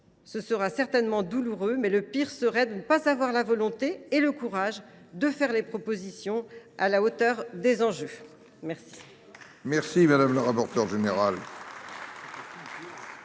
Ce sera certainement douloureux, mais le pire serait de n’avoir ni la volonté ni le courage de formuler des propositions à la hauteur des enjeux. La